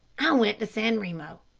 i went to san remo.